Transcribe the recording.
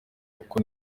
kuko